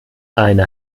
einer